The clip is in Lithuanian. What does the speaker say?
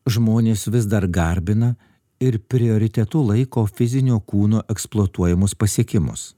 žmonės vis dar garbina ir prioritetu laiko fizinio kūno eksploatuojamus pasiekimus